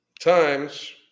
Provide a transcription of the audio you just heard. Times